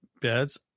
beds